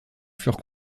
furent